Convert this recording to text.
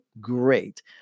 great